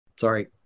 sorry